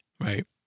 right